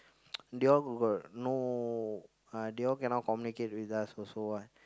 they all got no ah they all cannot communicate with us also what